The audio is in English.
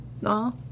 No